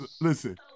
Listen